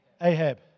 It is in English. Ahab